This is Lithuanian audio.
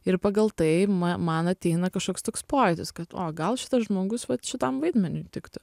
ir pagal tai man ateina kažkoks toks pojūtis kad o gal šitas žmogus vat šitam vaidmeniui tiktų